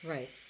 Right